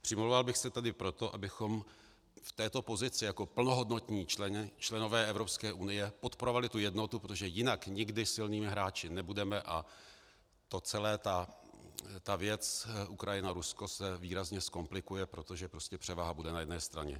Přimlouval bych se tady proto, abychom v této pozici jako plnohodnotní členové Evropské unie podporovali tu jednotu, protože jinak nikdy silnými hráči nebudeme a celá ta věc UkrajinaRusko se výrazně zkomplikuje, protože převaha bude na jedné straně.